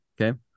Okay